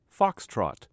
Foxtrot